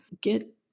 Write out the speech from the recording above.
get